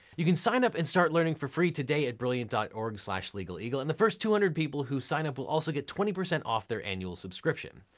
you can sign up and start learning for free today at brilliant org legaleagle. and the first two hundred people who sign up will also get twenty percent off their annual subscription.